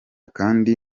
kandi